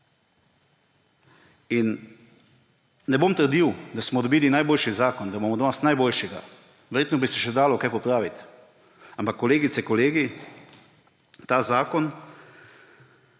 In ne bom trdil, da smo dobili najboljši zakon, da imamo danes najboljšega, verjetno bi se še dalo kaj popraviti, ampak, kolegice in kolegi, ta zakon,